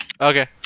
Okay